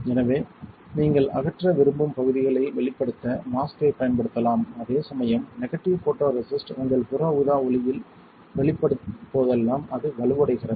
எனவே நீங்கள் அகற்ற விரும்பும் பகுதிகளை வெளிப்படுத்த மாஸ்க்கைப் பயன்படுத்தலாம் அதே சமயம் நெகட்டிவ் ஃபோட்டோரெசிஸ்ட் உங்கள் புற ஊதா ஒளியில் வெளிப்படும் போதெல்லாம் அது வலுவடைகிறது